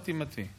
חתמת על המכתב?